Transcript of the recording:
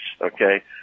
Okay